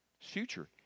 Future